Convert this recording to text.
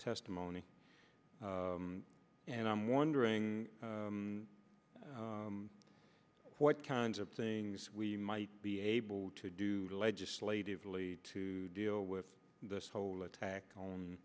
testimony and i'm wondering what kinds of things we might be able to do legislatively to deal with this whole attack